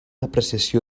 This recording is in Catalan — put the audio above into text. apreciació